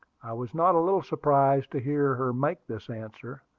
was not a little surprised to hear her make this answer,